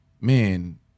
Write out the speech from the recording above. man